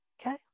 Okay